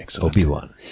Obi-Wan